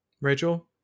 Rachel